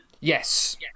yes